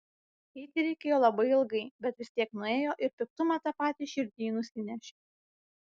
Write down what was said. eiti reikėjo labai ilgai bet vis tiek nuėjo ir piktumą tą patį širdyj nusinešė